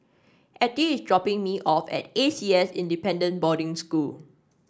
Ettie is dropping me off at A C S Independent Boarding School